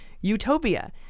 utopia